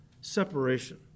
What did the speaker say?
separation